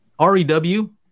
REW